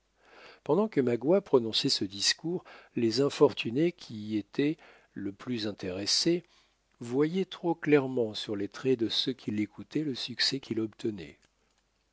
pendant que magua prononçait ce discours les infortunés qui y étaient le plus intéressés voyaient trop clairement sur les traits de ceux qui l'écoutaient le succès qu'il obtenait